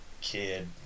Kid